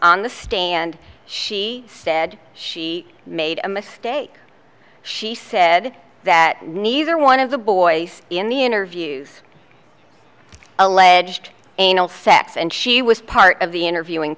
on the stand she said she made a mistake she said that neither one of the boys in the interviews alleged anal sex and she was part of the interviewing